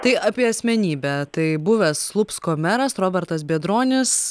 tai apie asmenybę tai buvęs slupsko meras robertas biedronis